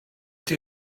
ydy